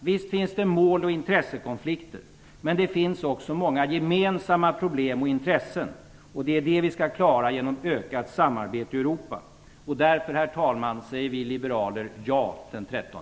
Visst finns det mål och intressekonflikter, men det finns också många gemensamma problem och intressen. Det är dem som vi skall hantera genom ett ökat samarbete i Europa. Därför, herr talman, säger vi liberaler ja den 13